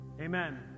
Amen